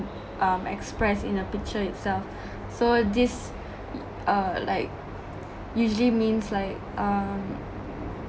um expressed in a picture itself so this uh like usually means like uh